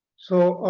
so